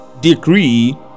decree